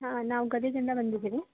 ಹಾಂ ನಾವು ಗದಗಿಂದ ಬಂದಿದ್ದೀವಿ